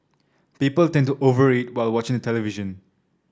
people tend to over eat while watching the television